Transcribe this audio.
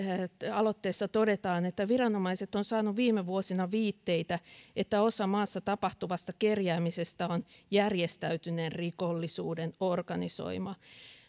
aloitteessa todetaan että viranomaiset ovat saaneet viime vuosina viitteitä että osa maassa tapahtuvasta kerjäämisestä on järjestäytyneen rikollisuuden organisoimaa